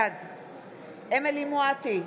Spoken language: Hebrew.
בעד אמילי חיה מואטי,